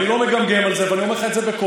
אני לא מגמגם על זה, ואני אומר לך את זה בקול.